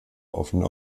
offene